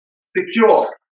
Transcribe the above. Secure